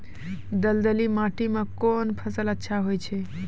दलदली माटी म कोन फसल अच्छा होय छै?